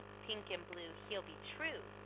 pink and blue, he'll be true.